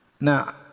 Now